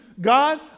God